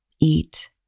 eat